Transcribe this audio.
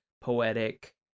poetic